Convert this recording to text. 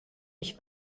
ich